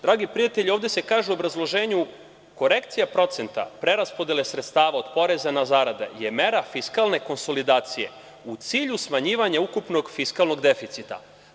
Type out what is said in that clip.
Dragi prijatelji, ovde se kaže u obrazloženju – korekcija procenta preraspodele sredstava od poreza na zarade je mera fiskalne konsolidacije u cilju smanjivanja ukupno fiskalnog deficita.